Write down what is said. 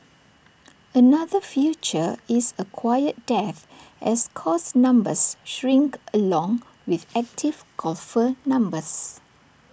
another future is A quiet death as course numbers shrink along with active golfer numbers